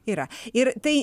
yra ir tai